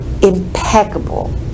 impeccable